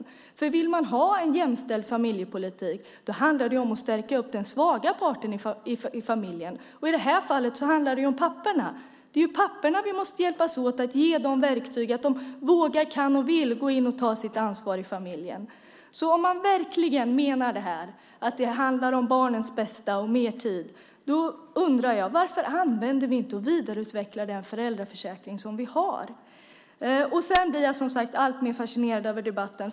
Om man vill ha en jämställd familjepolitik handlar det om att stärka den svaga parten i familjen. I det här fallet handlar det om papporna. Vi måste hjälpas åt att ge papporna verktyg så att de vågar, kan och vill ta sitt ansvar i familjen. Om vi verkligen menar att det handlar om barnens bästa och mer tid undrar jag varför vi inte använder och vidareutvecklar den föräldraförsäkring vi har. Jag blir alltmer fascinerad av debatten.